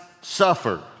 suffered